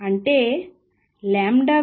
అంటే λవేవ్hp